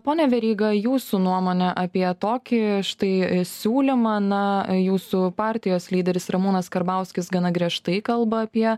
pone veryga jūsų nuomonė apie tokį štai siūlymą na jūsų partijos lyderis ramūnas karbauskis gana griežtai kalba apie